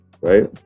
right